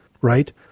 Right